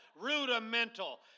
rudimental